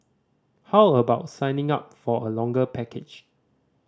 how about signing up for a longer package